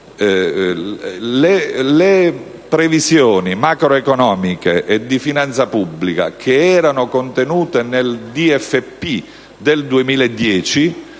le previsioni macroeconomiche e di finanza pubblica che erano contenute nel DFP, nel